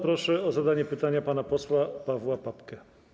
Proszę o zadanie pytania pana posła Pawła Papkego.